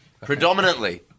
Predominantly